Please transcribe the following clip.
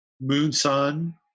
Moon-Sun